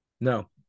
No